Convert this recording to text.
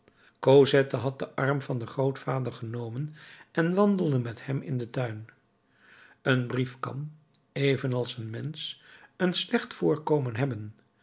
cosette had den arm van den grootvader genomen en wandelde met hem in den tuin een brief kan evenals een mensch een slecht voorkomen hebben